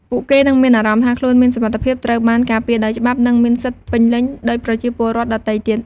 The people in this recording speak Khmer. ពួកគេនឹងមានអារម្មណ៍ថាខ្លួនមានសុវត្ថិភាព ត្រូវបានការពារដោយច្បាប់ និងមានសិទ្ធិពេញលេញដូចប្រជាពលរដ្ឋដទៃទៀត។